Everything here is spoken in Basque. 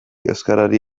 euskarari